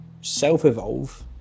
self-evolve